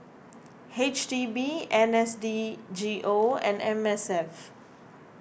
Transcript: H D B N S D G O and M S F